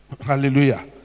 hallelujah